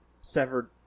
severed